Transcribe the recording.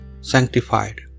sanctified